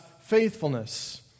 faithfulness